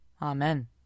Amen